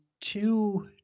two